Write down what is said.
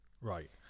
right